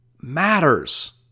matters